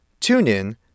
TuneIn